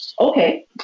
Okay